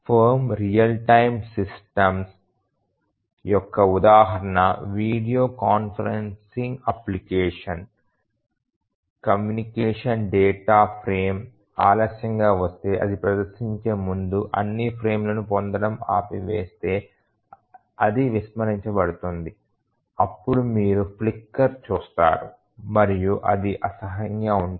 firm real time system యొక్క ఉదాహరణ video conferencing application communication data frame ఆలస్యంగా వస్తే అది ప్రదర్శించే ముందు అన్ని ఫ్రేమ్లను పొందడం ఆపివేస్తే అది విస్మరించబడుతుంది అప్పుడు మీరు ఫ్లికర్ చూస్తారు మరియు అది అసహ్యంగా ఉంటుంది